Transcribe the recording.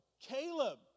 Caleb